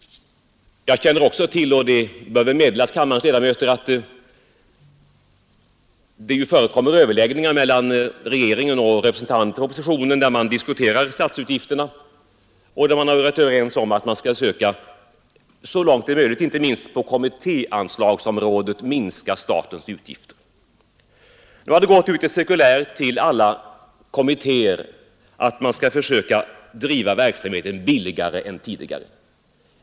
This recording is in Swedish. Det förekommer ju också överläggningar mellan regeringen och representanter för oppositionen, i vilka man bl.a. diskuterar statsutgifter och där man varit överens om att så långt möjligt, vara sparsam med kommittéanslaget. Nu har det gått ut ett cirkulär till alla kommittéer om att de skall försöka driva verksamheten billigare än tidigare.